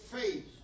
faith